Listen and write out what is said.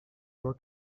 your